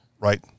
right